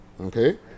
okay